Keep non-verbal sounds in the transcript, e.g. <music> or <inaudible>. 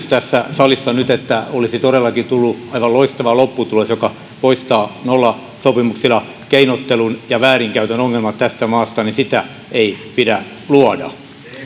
<unintelligible> tässä salissa nyt että olisi todellakin tullut aivan loistava lopputulos joka poistaa nollasopimuksilla keinottelun ja väärinkäytön ongelmat tästä maasta ei pidä luoda